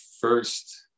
first